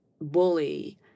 bully